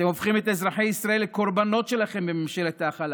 אתם הופכים את אזרחי ישראל לקורבנות שלכם בממשלת ההכלה.